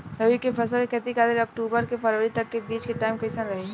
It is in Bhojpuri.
रबी फसल के खेती करे खातिर अक्तूबर से फरवरी तक के बीच मे टाइम कैसन रही?